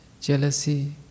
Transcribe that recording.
jealousy